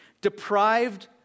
deprived